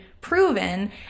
proven